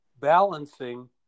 balancing